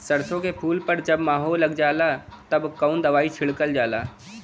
सरसो के फूल पर जब माहो लग जाला तब कवन दवाई छिड़कल जाला?